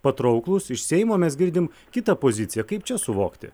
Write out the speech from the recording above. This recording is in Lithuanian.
patrauklūs iš seimo mes girdim kitą poziciją kaip čia suvokti